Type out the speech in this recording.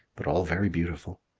but all very beautiful.